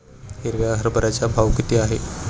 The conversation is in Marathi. हिरव्या हरभऱ्याचा भाव किती आहे?